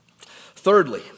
Thirdly